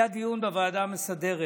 היה דיון בוועדה המסדרת,